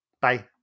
Bye